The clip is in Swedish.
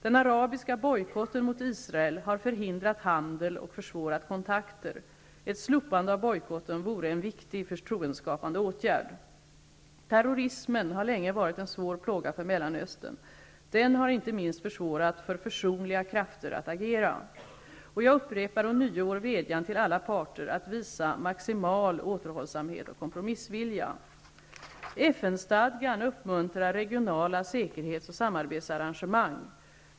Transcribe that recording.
Den arabiska bojkotten mot Israel har förhindrat handel och försvårat kontakter. Ett slopande av bojkotten vore en viktig förtroendeskapande åtgärd. Terrorismen har länge varit en svår plåga för Mellanöstern. Den har inte minst försvårat för försonliga krafter att agera. Jag upprepar ånyo vår vädjan till alla parter att visa maximal återhållsamhet och kompromissvilja. FN-stadgan uppmuntrar regionala säkerhets och samarbetsarrangemang.